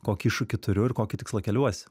kokį iššūkį turiu ir kokį tikslą keliuosi